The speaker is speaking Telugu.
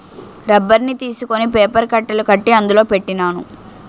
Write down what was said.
రబ్బర్ని తీసుకొని పేపర్ కట్టలు కట్టి అందులో పెట్టినాను